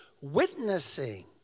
witnessing